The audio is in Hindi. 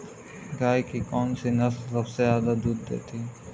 गाय की कौनसी नस्ल सबसे ज्यादा दूध देती है?